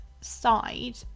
side